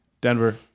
Denver